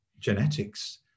genetics